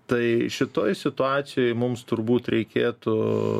tai šitoj situacijoj mums turbūt reikėtų